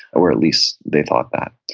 or at least they thought that.